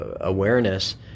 awareness